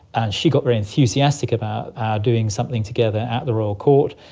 and she got very enthusiastic about our doing something together at the royal court.